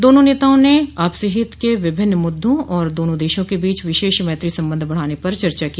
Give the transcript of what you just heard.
दोनों नेताओं ने आपसी हित के विभिन्न मुद्दों और दोनों देशों के बीच विशेष मैत्री संबंध बढ़ाने पर चर्चा की